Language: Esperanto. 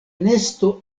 nesto